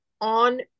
on